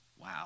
wow